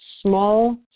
small